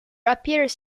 appears